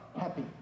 happy